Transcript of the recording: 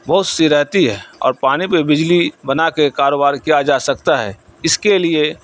بہت سی رہتی ہے اور پانی پہ بجلی بنا کے کاروبار کیا جا سکتا ہے اس کے لیے